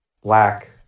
black